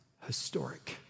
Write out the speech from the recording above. historic